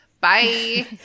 Bye